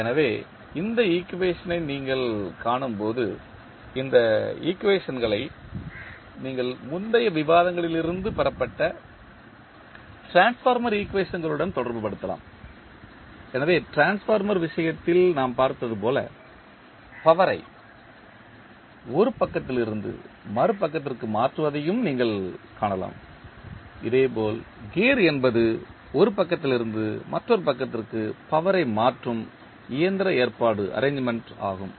எனவே இந்த ஈக்குவேஷன் ஐ நீங்கள் காணும்போது இந்த ஈக்குவேஷன்களை நீங்கள் முந்தைய விவாதங்களில் இருந்து பெறப்பட்ட டிரான்ஸ்ஃபார்மர் ஈக்குவேஷன்களுடன் தொடர்புபடுத்தலாம் எனவே டிரான்ஸ்ஃபார்மர் விஷயத்தில் நாம் பார்த்தது போல பவரை ஒரு பக்கத்திலிருந்து மறுபக்கத்திற்கு மாற்றுவதையும் நீங்கள் காணலாம் இதேபோல் கியர் என்பது ஒரு பக்கத்திலிருந்து மற்றொரு பக்கத்திற்கு பவரை மாற்றும் இயந்திர ஏற்பாடு ஆகும்